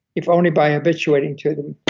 if only by habituating to